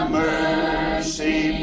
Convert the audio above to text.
mercy